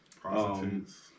prostitutes